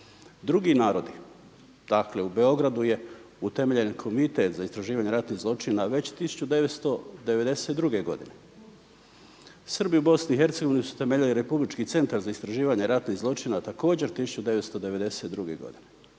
Drugi narodi, dakle u Beogradu je utemeljen Komitet za istraživanje ratnih zločina već 1992. godine. Srbi u BiH su utemeljeni Republički centar za istraživanje ratnih zločina također 1992. Bošnjaci